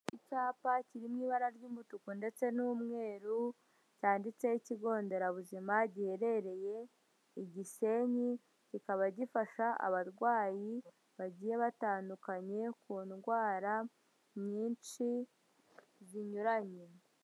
Icyapa kiri mu ibara ry'umutuku ndetse n'umweru, cyanditseho ikigo nderabuzima giherereye i Gisenyi, kikaba gifasha abarwayi bagiye batandukanye ku ndwara nyinshi zinyuranye.